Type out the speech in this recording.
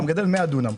אתה מגדל 100 דונם,